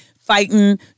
fighting